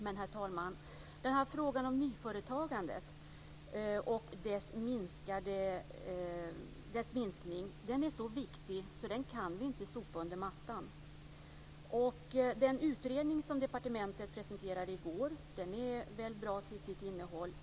Men, herr talman, frågan om nyföretagandet och dess minskning är så viktig att den kan vi inte sopa under mattan. Den utredning som departementet presenterade i går är väl bra till sitt innehåll.